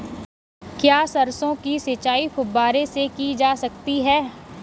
क्या सरसों की सिंचाई फुब्बारों से की जा सकती है?